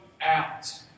out